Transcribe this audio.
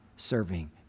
serving